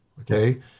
Okay